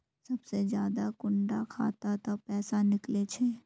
सबसे ज्यादा कुंडा खाता त पैसा निकले छे?